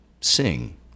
sing